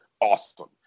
awesome